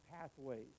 pathways